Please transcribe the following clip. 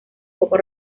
poco